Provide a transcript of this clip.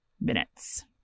minutes